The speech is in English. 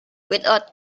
without